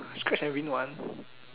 scratch and win one